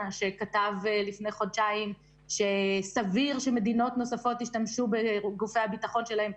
שכתב לפני חודשיים שסביר שמדינות נוספות ישתמשו בגופי הביטחון שלהם,